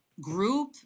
group